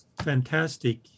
fantastic